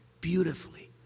Beautifully